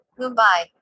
Mumbai